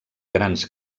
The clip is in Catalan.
grans